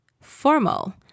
formal